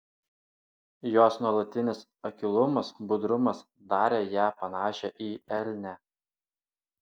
jos nuolatinis akylumas budrumas darė ją panašią į elnę